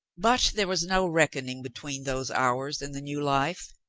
but there was no reckoning between those hours and the new life.